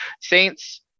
Saints